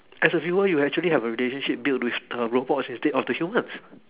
as a viewer you actually have a relationship built with the robots instead of the humans